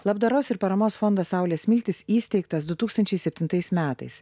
labdaros ir paramos fondas saulės smiltys įsteigtas du tūkstančiai septintais metais